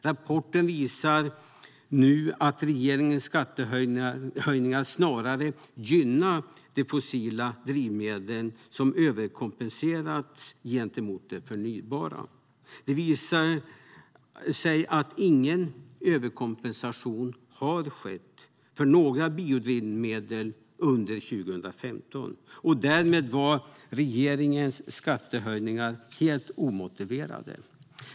Rapporten visar att regeringens skattehöjningar snarare gynnat de fossila drivmedlen som överkompenserats gentemot de förnybara. Det visar sig att ingen överkompensation har skett för några biodrivmedel under 2015. Därmed var regeringens skattehöjningar helt omotiverade.